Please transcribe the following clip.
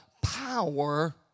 power